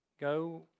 go